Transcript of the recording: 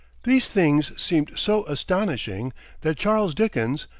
these things seemed so astonishing that charles dickens,